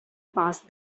past